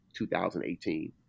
2018